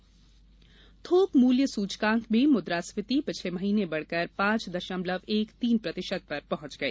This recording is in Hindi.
मुद्रास्फीति थोक मूल्य सूचकांक में मुद्रास्फीति पिछले महीने बढ़कर पांच दशमलव एक तीन प्रतिशत पर पहुंच गई